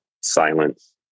silence